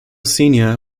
senior